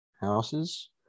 Houses